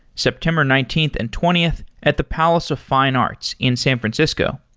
september nineteenth and twentieth at the palace of fine arts in san francisco.